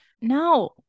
no